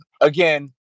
again